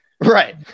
Right